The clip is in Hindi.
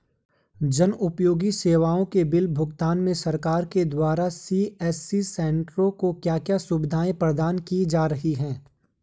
जन उपयोगी सेवाओं के बिल भुगतान में सरकार के द्वारा सी.एस.सी सेंट्रो को क्या क्या सुविधाएं प्रदान की जा रही हैं?